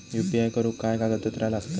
UPI करुक काय कागदपत्रा लागतत?